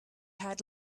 had